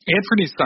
Anthony